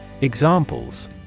Examples